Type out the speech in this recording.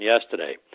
yesterday